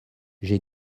j’ai